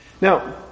Now